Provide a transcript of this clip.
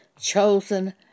chosen